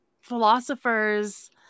philosophers